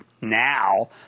Now